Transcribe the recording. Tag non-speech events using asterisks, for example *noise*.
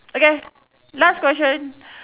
okay last question *breath*